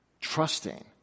Trusting